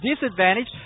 disadvantage